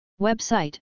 Website